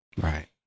Right